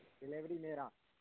delivery میرا